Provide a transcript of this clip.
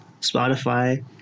Spotify